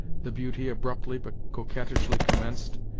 the beauty abruptly but coquettishly commenced,